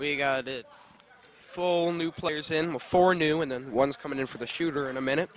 we got it full new players in before noon then one is coming in for the shooter in a minute